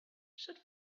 should